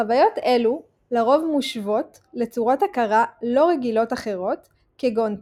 חוויות אלו לרוב מושוות לצורות הכרה לא רגילות אחרות כגון טראנס,